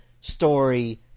story